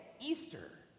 Easter